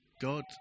God